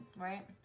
right